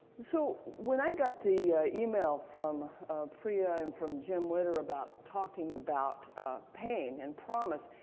so when i got the email from pri ah and from jim witter about talking about pain and promis,